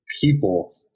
people